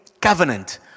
covenant